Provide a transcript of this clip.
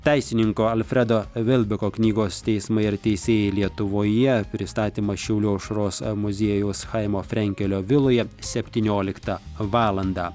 teisininko alfredo vilbiko knygos teismui ar teisėjai lietuvoje pristatymas šiaulių aušros muziejaus chaimo frenkelio viloje septynioliktą valandą